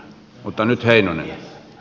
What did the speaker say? mutta nyt heinonen